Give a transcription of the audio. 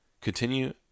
Continue